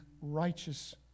righteous